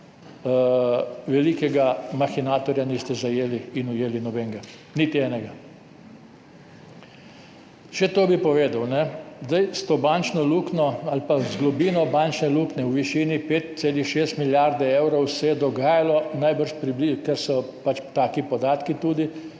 velikega mahinatorja niste zajeli in ujeli. Niti enega. Še to bi povedal. S to bančno luknjo ali pa z globino bančne luknje v višini 5,6 milijarde evrov se je dogajalo najbrž tako, ker so pač taki podatki,